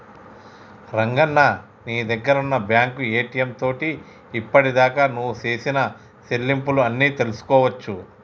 రంగన్న నీ దగ్గర ఉన్న బ్యాంకు ఏటీఎం తోటి ఇప్పటిదాకా నువ్వు సేసిన సెల్లింపులు అన్ని తెలుసుకోవచ్చు